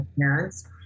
parents